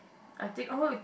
I think oh